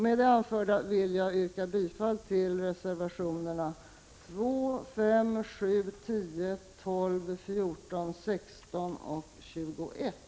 Med det anförda yrkar jag bifall till reservationerna 2, 5, 7, 10, 12, 14, 16 och 21.